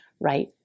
right